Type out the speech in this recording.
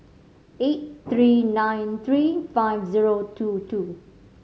eight three nine three five zero two two